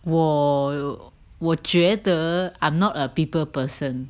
我我觉得 I'm not a people person